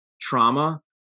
trauma